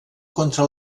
contra